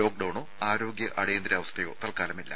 ലോക്ഡൌണോ ആരോഗ്യ അടിയന്തരാവസ്ഥയോ തൽക്കാലമില്ല